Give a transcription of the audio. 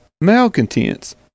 malcontents